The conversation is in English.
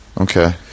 Okay